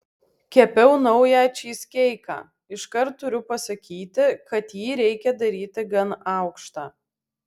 kepiau naują čyzkeiką iškart turiu pasakyti kad jį reikia daryti gan aukštą